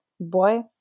boy